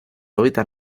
hábitat